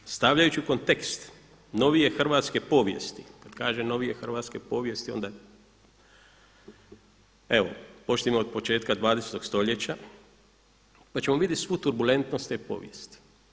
Sve to stavljajući u kontekst novije hrvatske povijesti, kad kažem novije hrvatske povijesti onda, evo, počnimo od početka 20. stoljeća pa ćemo vidjeti svu turbulentnost te povijesti.